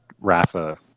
Rafa